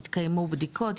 התקיימו בדיקות,